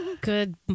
Good